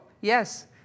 Yes